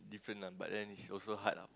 different lah but then it's also hard lah